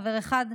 חבר אחד,